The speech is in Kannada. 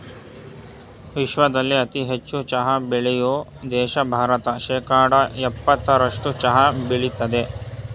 ವಿಶ್ವದಲ್ಲೇ ಅತಿ ಹೆಚ್ಚು ಚಹಾ ಬೆಳೆಯೋ ದೇಶ ಭಾರತ ಶೇಕಡಾ ಯಪ್ಪತ್ತರಸ್ಟು ಚಹಾ ಬೆಳಿತದೆ